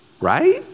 Right